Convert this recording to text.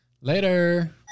Later